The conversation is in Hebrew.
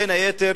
ובין היתר,